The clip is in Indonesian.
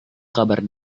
kabar